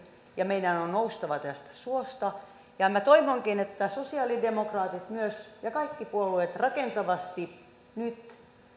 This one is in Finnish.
ja meidän on noustava tästä suosta minä toivonkin että sosialidemokraatit myös ja kaikki puolueet rakentavasti nyt